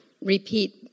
repeat